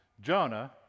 Jonah